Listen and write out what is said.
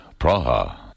Praha